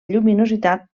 lluminositat